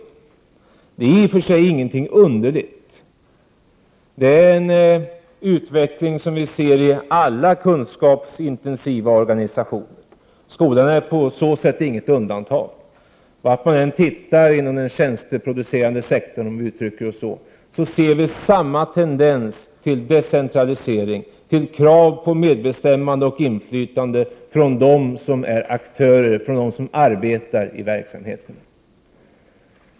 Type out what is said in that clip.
Det är i och för sig ingenting underligt. Det är en utveckling vi ser i alla kunskapsintensiva organisationer. Skolan är på så sätt inget undantag. Vart man än tittar inom den tjänsteproducerande sektorn ser man samma tendens till decentralisering, krav på medbestämmande och inflytande från dem som är aktörer och arbetar i verksamheten.